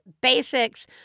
basics